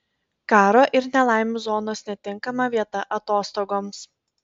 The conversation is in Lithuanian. karo ir nelaimių zonos netinkama vieta atostogoms